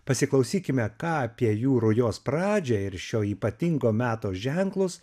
pasiklausykime ką apie jų rujos pradžią ir šio ypatingo meto ženklus